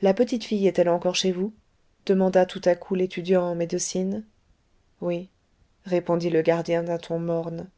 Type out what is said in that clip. la petite fille est-elle encore chez vous demanda tout à coup l'étudiant en médecine oui répondit le gardien d'un ton morne